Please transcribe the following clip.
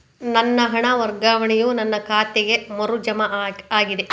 ನನ್ನ ಹಣ ವರ್ಗಾವಣೆಯು ನನ್ನ ಖಾತೆಗೆ ಮರು ಜಮಾ ಆಗಿದೆ